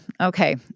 Okay